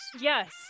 Yes